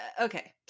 okay